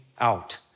out